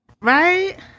Right